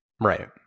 Right